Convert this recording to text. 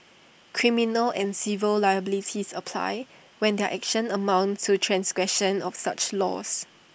criminal and civil liabilities apply when their actions amounts to transgressions of such laws